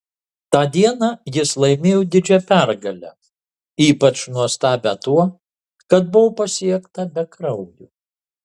tą dieną jis laimėjo didžią pergalę ypač nuostabią tuo kad buvo pasiekta be kraujo